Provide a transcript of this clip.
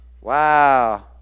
Wow